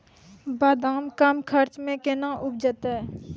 बादाम कम खर्च मे कैना उपजते?